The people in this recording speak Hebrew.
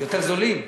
יותר זולים?